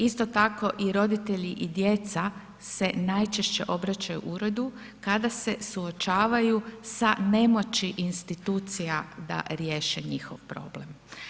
Isto tako, i roditelji i djeca se najčešće obraćaju uredu kada se suočavaju sa nemoći institucija da riješe njihov problem.